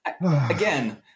again